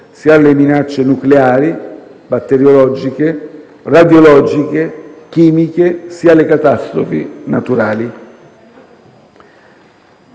sia alle minacce nucleari, batteriologiche, radiologiche, chimiche, sia alle catastrofi naturali.